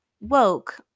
woke